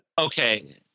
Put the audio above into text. Okay